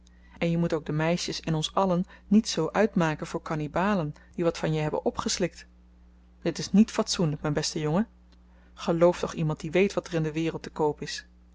en je moet ook de meisjes en ons allen niet zoo uitmaken voor kannibalen die wat van je hebben opgeslikt dit is niet fatsoenlyk myn beste jongen geloof toch iemand die weet wat er in de wereld te koop is